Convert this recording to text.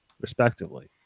respectively